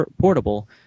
portable